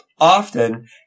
often